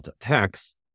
attacks